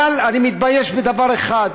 אבל אני מתבייש בדבר אחד: